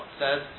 says